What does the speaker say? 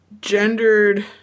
gendered